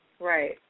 Right